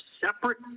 separate